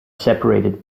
separated